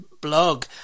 blog